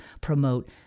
promote